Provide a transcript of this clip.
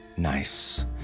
Nice